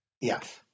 Yes